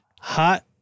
hot